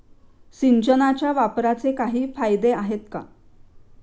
सिंचनाच्या वापराचे काही फायदे आहेत का?